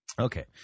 Okay